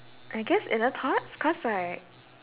I guess inner thoughts cause like